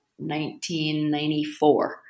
1994